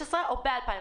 משנת 2016 או ב-2016?